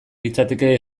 litzateke